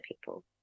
people